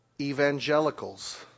Evangelicals